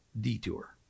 detour